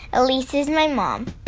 elise is my mom.